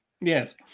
Yes